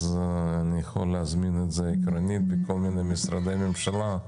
עקרונית אני יכול להזמין את זה מכל מיני משרדי ממשלה,